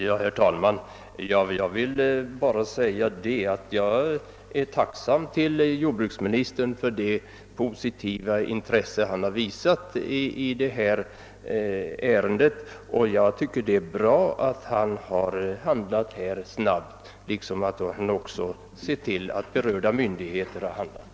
Herr talman! Jag vill bara förklara att jag är tacksam för det positiva intresse som jordbruksministern har visat i detta ärende. Det är bra att han har handlat snabbt och även sett till att berörda myndigheter har handlat.